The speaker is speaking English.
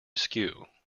askew